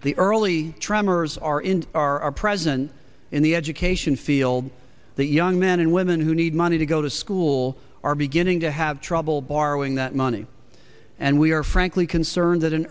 the early tremors are in our present in the education field that young men and women who need money to go to school are beginning to have trouble borrowing that money and we are frankly concerned that an